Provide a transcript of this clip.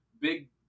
Big